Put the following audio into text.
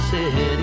City